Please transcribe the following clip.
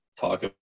talk